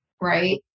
right